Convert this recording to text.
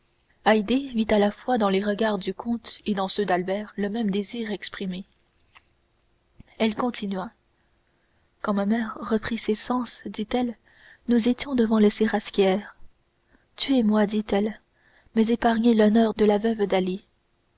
vit à la fois dans les regards du comte et dans ceux d'albert le même désir exprimé elle continua quand ma mère reprit ses sens dit-elle nous étions devant le séraskier tuez-moi dit-elle mais épargnez l'honneur de la veuve d'ali